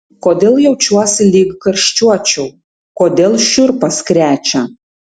kodėl jaučiuosi lyg karščiuočiau kodėl šiurpas krečia